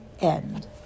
end